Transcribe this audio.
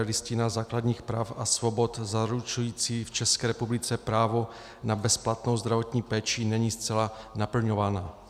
Listina základních práv a svobod zaručující v České republice právo na bezplatnou zdravotní péči, není zcela naplňována.